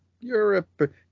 Europe